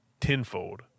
tenfold